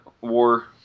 war